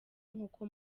nk’uko